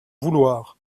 vouloir